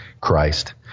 Christ